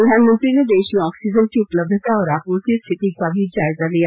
प्रधानमंत्री ने देश में ऑक्सीजन की उपलब्धता और आपूर्ति स्थिति का भी जायजा लिया